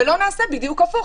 ולא נעשה בדיוק הפוך.